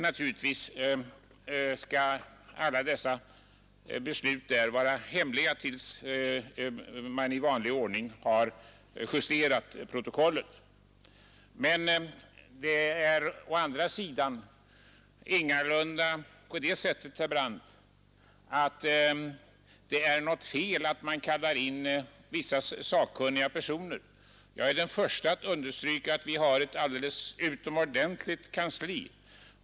Naturligtvis bör alla beslut som fattas i utskottet vara hemliga till dess att protokollet i vanlig ordning har justerats. Men det är å andra sidan ingalunda på det sättet, herr Brandt, att det är något fel i att kalla in vissa sakkunniga personer. Jag är den förste att understryka att vi har ett alldeles utomordentligt kansli.